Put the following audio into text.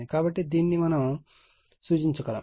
కాబట్టి దీనిని కూడా మనము సూచించగలము